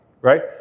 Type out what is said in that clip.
Right